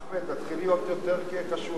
אחמד, תתחיל להיות יותר קשוח.